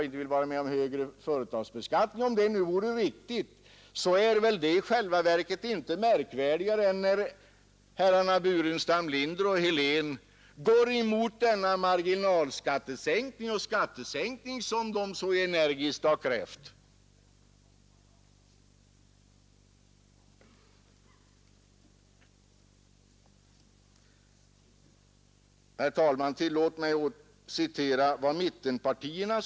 För två barn får man 4 200 kronor per år, för tre barn får man 6 540 kronor per år, för fyra barn får man 7 440 kronor per år, och för fem barn får man 9 540 kronor per år.